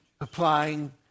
applying